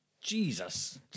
Jesus